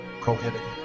prohibited